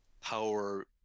power